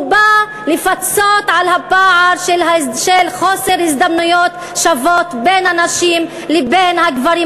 הוא בא לפצות על הפער של חוסר הזדמנויות שוות בין הנשים לבין הגברים.